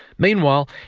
meanwhile,